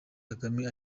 kagame